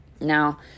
Now